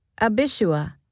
Abishua